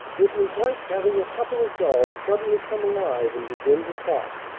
it was like having a couple of dolls suddenly come alive and begin to talk.